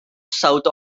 south